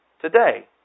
today